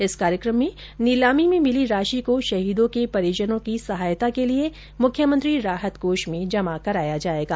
इस कार्यक्रम में नीलामी में मिली राशि को शहीदों के परिजनों की सहायता के लिए मुख्यमंत्री राहत कोष में जमा कराया जाएगा